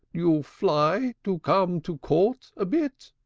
you fly, to come to court a bit